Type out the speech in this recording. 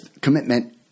commitment